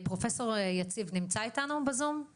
פרופ' יציב ממשרד הבריאות נמצא איתנו בזום?